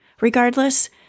Regardless